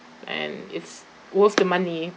and it's worth the money